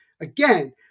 again